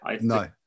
No